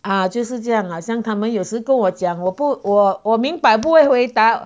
啊就是这样啦好像他们有时跟我讲我不我我明白不会回答